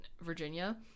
virginia